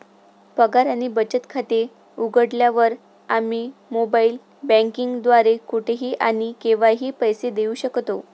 पगार आणि बचत खाते उघडल्यावर, आम्ही मोबाइल बँकिंग द्वारे कुठेही आणि केव्हाही पैसे देऊ शकतो